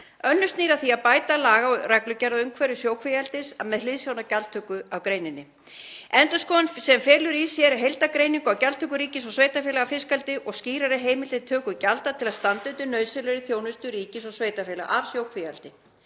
Önnur snýr að því að bæta laga- og reglugerðaumhverfi sjókvíaeldis með hliðsjón af gjaldtöku af greininni, endurskoðun sem felur í sér heildarbreytingu á gjaldtöku ríkis og sveitarfélaga af fiskeldi og skýrari heimildir um töku gjalda til að standa undir nauðsynlegri þjónustu ríkis og sveitarfélaga af sjókvíaeldi.